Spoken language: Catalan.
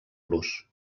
los